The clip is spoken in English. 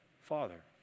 Father